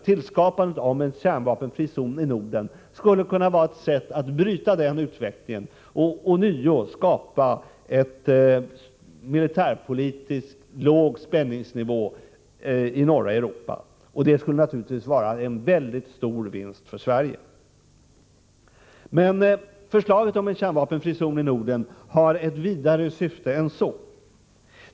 Tillskapandet av kärnvapenfri zon i Norden skulle kunna vara ett sätt att bryta den utvecklingen och ånyo skapa en militärpolitiskt låg spänningsnivå i norra Europa. Det skulle naturligtvis vara en stor vinst för Sverige. Men förslaget om en kärnvapenfri zon i Norden har ett vidare syfte än så.